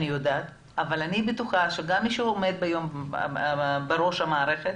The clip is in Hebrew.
אני יודעת אבל אני בטוחה שגם מי שעומד בראש המערכת